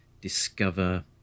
discover